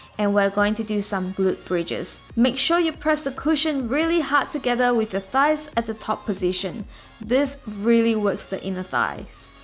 and we're going to do some glute bridges make sure you press the cushion really hard together with your thighs at the top position this really works the inner thighs